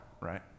right